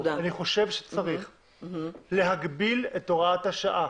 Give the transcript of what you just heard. אני חושב שצריך להגביל את הוראת השעה